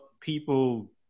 people